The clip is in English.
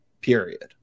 period